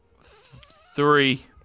Three